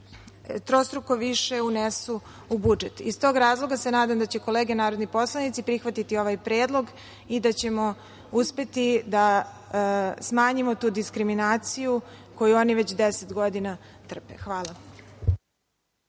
trostruko više unesu u budžet. Iz tog razloga se nadam da će kolege narodni poslanici prihvatiti ovaj predlog i da ćemo uspeti da smanjimo tu diskriminaciju koju oni već 10 godina trpe. Hvala.